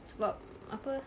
sebab apa